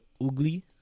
Ugly